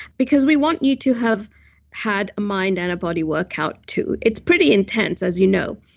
because we want you to have had a mind and a body workout too. it's pretty intense, as you know.